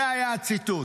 זה היה הציטוט.